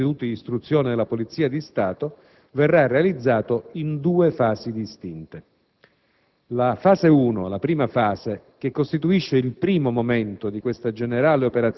Detto progetto di riorganizzazione dell'apparato degli istituti di istruzione della Polizia di Stato verrà realizzato in due fasi distinte. La «fase uno», la prima fase,